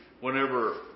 whenever